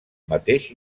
mateix